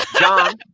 John